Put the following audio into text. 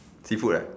seafood uh